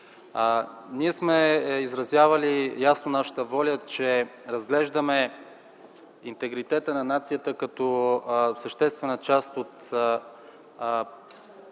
Ние сме изразявали ясно нашата воля, че разглеждаме интегритета на нацията като съществена част от